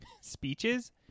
speeches